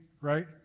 right